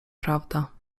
prawda